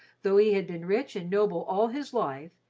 though he had been rich and noble all his life,